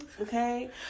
Okay